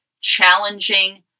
challenging